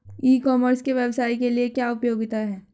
ई commerce के व्यवसाय के लिए क्या उपयोगिता है?